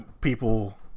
people